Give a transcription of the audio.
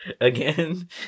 again